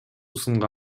сынга